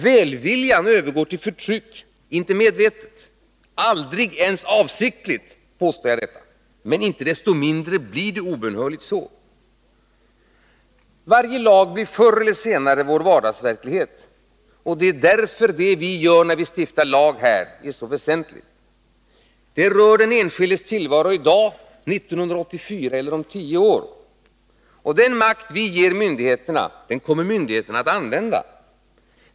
Välviljan övergår till förtryck — inte medvetet, aldrig avsiktligt, men inte desto mindre blir det obönhörligt så. Varje lag blir förr eller senare vår vardagsverklighet. Därför är lagstiftningsarbetet i denna kammare så väsentligt. Det rör den enskildes tillvaro i dag, 1984 eller om tio år. Den makt vi ger myndigheterna kommer myndigheterna också att använda.